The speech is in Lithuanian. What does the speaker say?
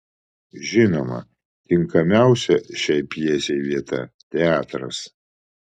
žinoma tinkamiausia šiai pjesei vieta teatras